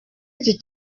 iki